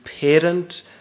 parent